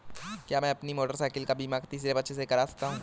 क्या मैं अपनी मोटरसाइकिल का बीमा तीसरे पक्ष से करा सकता हूँ?